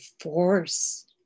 force